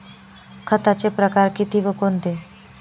खताचे प्रकार किती व कोणते?